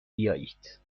بیایید